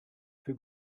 für